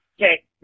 Okay